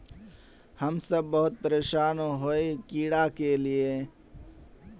हम सब बहुत परेशान हिये कीड़ा के ले के?